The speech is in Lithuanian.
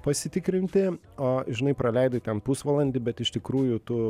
pasitikrinti o žinai praleidai ten pusvalandį bet iš tikrųjų tu